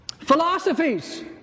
philosophies